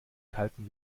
kalten